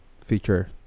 Feature